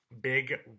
Big